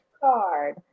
card